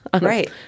Right